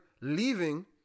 leaving